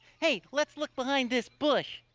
hey, let's look behind this bush.